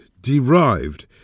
Derived